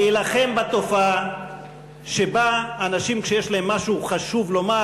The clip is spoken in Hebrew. להילחם בתופעה שבה אנשים כשיש להם משהו חשוב לומר,